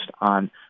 on